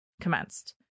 commenced